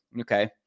Okay